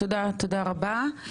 תודה רבה.